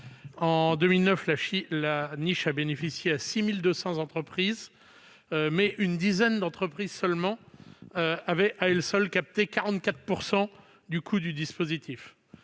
En 2009, la niche a bénéficié à 6 200 entreprises, mais une dizaine d'entreprises avaient à elles seules capté 44 % du coût du dispositif.